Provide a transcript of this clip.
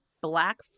black